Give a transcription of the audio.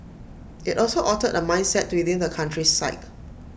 IT also altered A mindset within the country's psyche